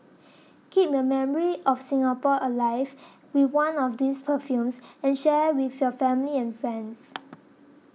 keep your memory of Singapore alive with one of these perfumes and share with your family and friends